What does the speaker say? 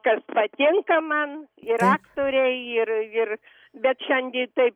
kad patinka man ir aktoriai ir ir bet šiandien taip